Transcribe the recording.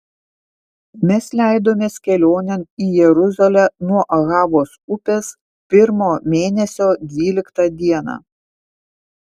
mes leidomės kelionėn į jeruzalę nuo ahavos upės pirmo mėnesio dvyliktą dieną